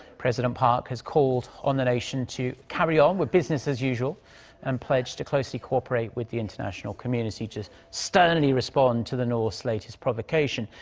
president park has called on the nation to carry on with business as usual and pledged to closely cooperate with the international community to sternly respond to the north's latest provocation.